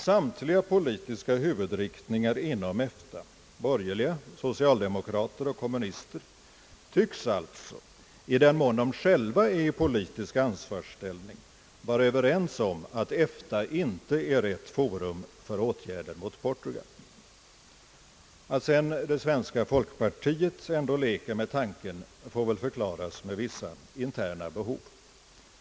Samtliga politiska huvudriktningar inom EFTA — borgerliga, socialdemokrater och kommunister — tycks alltså i den mån de själva är i politisk ansvarsställning vara ense om att EFTA inte är rätt forum för åtgärder mot Portugal. Att det svenska folkpartiet ändå leker med denna tanke får väl antas bero på vissa interna behov.